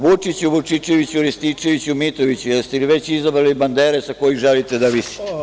Vučiću i Vučićeviću, Rističeviću, Mitroviću – jeste li već izabrali bandere sa kojih želite da visite?